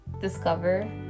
discover